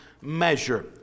measure